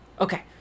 Okay